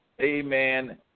Amen